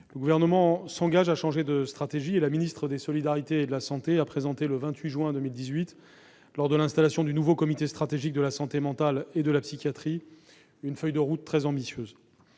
Le Gouvernement s'engage à changer de stratégie. La ministre des solidarités et de la santé a présenté, le 28 juin 2018, lors de l'installation du nouveau comité stratégique de la santé mentale et de la psychiatrie, une feuille de route très ambitieuse,